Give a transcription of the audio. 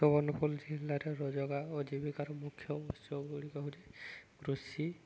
ସୁବର୍ଣ୍ଣପୁୁର ଜିଲ୍ଲାରେ ରୋଜଗାର ଓ ଜୀବିକାର ମୁଖ୍ୟ ଉତ୍ସ ଗୁଡ଼ିକ ହେଉଛି କୃଷି